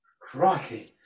Crikey